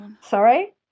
Sorry